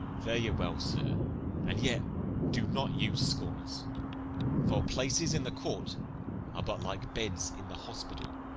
fare ye well, sir and yet do not you scorn us for places in the court are but like beds in the hospital,